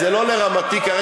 זה לא לרמתי כרגע.